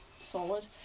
Solid